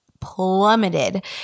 plummeted